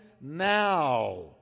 now